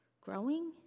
growing